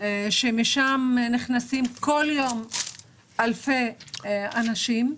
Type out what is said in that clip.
שמשם נכנסים כל יום אלפי אנשים.